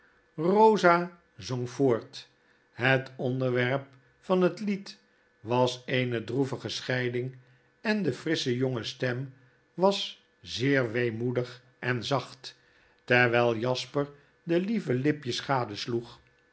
rosa zong voort het onderwerp van het lied was eene droevige scheiding en de frissche jonge stem was zeer weemoedig en zacht terwyl jasper de lieve lipjes